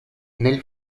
nel